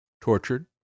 tortured